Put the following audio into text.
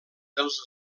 dels